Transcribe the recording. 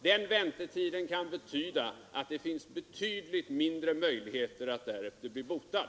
Den väntetiden kan innebära betydligt mindre möjligheter att därefter bli botad.